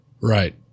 Right